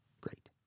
great